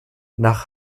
nach